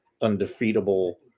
undefeatable